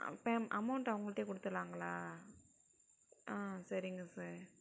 அப்போ அமௌன்ட் அவங்கள்டயே கொடுத்துடுலாங்களா ஆ சரிங்க சார்